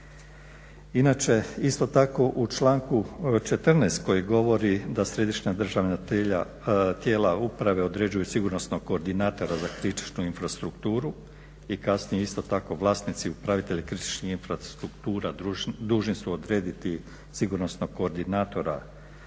Inače, isto tako u članku 14. koji govori da Središnja državna tijela uprave određuju sigurnosnog koordinatora za kritičnu infrastrukturu i kasnije isto tako vlasnici upravitelji kritičnih infrastruktura dužni su odrediti sigurnosnog koordinatora